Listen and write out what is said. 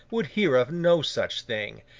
would hear of no such thing.